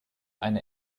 eine